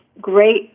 great